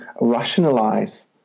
rationalize